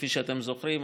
כפי שאתם זוכרים,